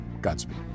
Godspeed